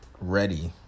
Ready